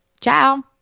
Ciao